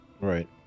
right